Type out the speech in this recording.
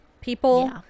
people